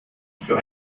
für